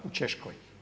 U Češkoj.